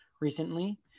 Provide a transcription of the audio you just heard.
recently